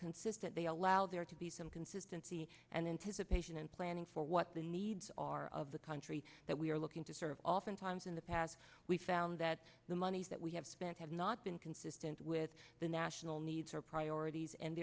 consistent they allow there to be some consistency and then to patient and planning for what the needs are of the country that we are looking to serve oftentimes in the past we found that the monies that we have spent have not been consistent with the national needs or priorities and